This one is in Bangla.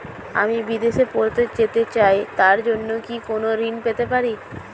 আমি বিদেশে পড়তে যেতে চাই তার জন্য কি কোন ঋণ পেতে পারি?